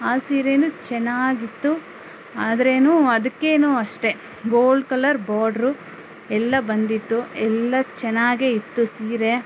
ಆ ಸೀರೆಯೂ ಚೆನ್ನಾಗಿತ್ತು ಆದ್ರೇನು ಅದಕ್ಕೂನು ಅಷ್ಟೆ ಗೋಲ್ಡ್ ಕಲರ್ ಬಾಡ್ರು ಎಲ್ಲ ಬಂದಿತ್ತು ಎಲ್ಲ ಚೆನ್ನಾಗೆ ಇತ್ತು ಸೀರೆ